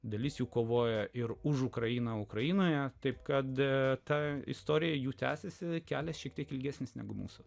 dalis jų kovoja ir už ukrainą ukrainoje taip kada ta istorija jų tęsiasi kelias šiek tiek ilgesnis negu mūsų